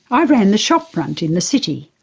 i ran the shopfront in the city.